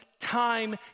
time